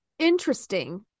interesting